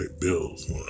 bills